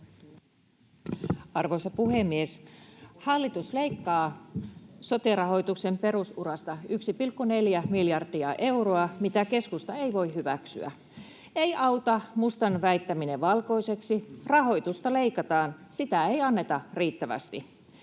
Arvoisa puhemies! Hallitus leikkaa sote-rahoituksen perusurasta 1,4 miljardia euroa, mitä keskusta ei voi hyväksyä. Ei auta mustan väittäminen valkoiseksi: rahoitusta leikataan, sitä ei anneta riittävästi.